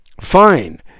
fine